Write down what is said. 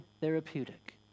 therapeutic